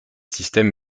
systèmes